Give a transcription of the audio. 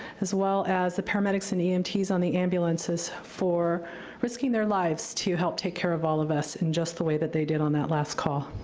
as well as the paramedics and emts on the ambulances for risking their lives to help take care of all of us in just the way that they did on that last call.